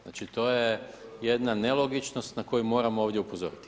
Znači to je jedna nelogičnost na koju moram ovdje upozoriti.